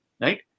right